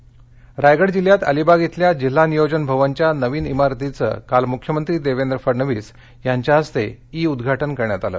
उद्वाटन रायगड जिल्ह्यात अलिबाग इथल्या जिल्हा नियोजन भवनच्या नवीन इमारतीचं काल मुख्यमंत्री देवेंद्र फडणवीस यांच्या हस्ते ई उद्वाटन करण्यात आलं